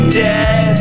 dead